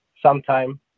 sometime